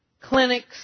clinics